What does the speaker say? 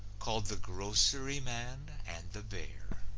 called the grocery man and the bear.